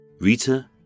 Rita